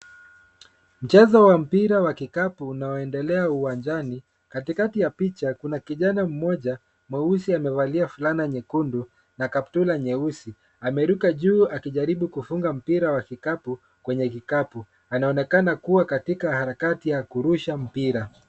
Mchezo wa mpira wa kikapu unaoendelea uwanjani. Katikati ya picha kuna kijana mmoja mweusi amevalia fulana nyekundu na kaptura nyeusi, ameruka juu akijaribu kufuga mpira wa kikapu kwenye kikapu, anaonekana kuwa katika harakati ya kurusha mpira.